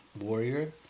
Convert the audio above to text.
Warrior